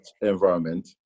environment